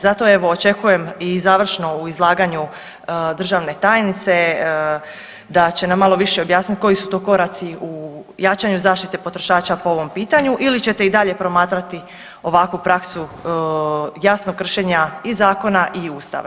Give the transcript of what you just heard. Zato evo očekujem i završno u izlaganju državne tajnice da će nam malo više objasniti koji su to koraci u jačanju zaštite potrošača po ovom pitanju ili ćete i dalje promatrati ovakvu praksu jasnog kršenja i zakona i Ustava.